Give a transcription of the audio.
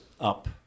up